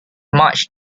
much